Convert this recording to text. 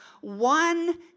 one